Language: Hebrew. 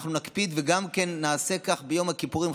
אנחנו נקפיד וגם כן נעשה כך ביום הכיפורים,